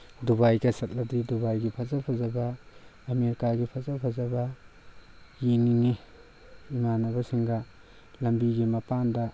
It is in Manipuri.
ꯗꯨꯕꯥꯏꯒ ꯆꯠꯂꯗꯤ ꯗꯨꯕꯥꯏꯒꯤ ꯐꯖ ꯐꯖꯕ ꯑꯃꯦꯔꯤꯀꯥꯒꯤ ꯐꯖ ꯐꯖꯕ ꯌꯦꯡꯅꯤꯡꯉꯤ ꯏꯃꯥꯟꯅꯕꯁꯤꯡꯒ ꯂꯝꯕꯤꯒꯤ ꯃꯄꯥꯟꯗ